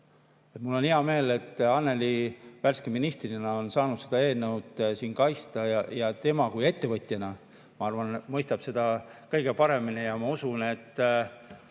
Mul on hea meel, et Annely värske ministrina on saanud seda eelnõu siin kaitsta. Tema kui ettevõtja, ma arvan, mõistab seda kõige paremini. Ma usun, et